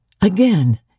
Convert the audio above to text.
Again